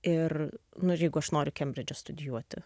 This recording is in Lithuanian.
ir nu ir jeigu aš noriu kembridže studijuoti